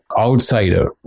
outsider